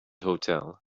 hotel